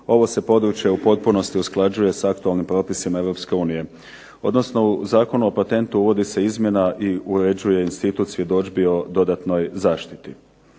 ovo se područje u potpunosti usklađuje sa aktualnim propisima EU. Odnosno u zakonu o patentu uvodi se izmjena i uređuje institut svjedodžbi o dodatnoj zaštiti.